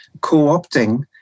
co-opting